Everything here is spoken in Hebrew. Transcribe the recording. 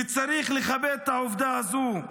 וצריך לכבד את העובדה הזאת.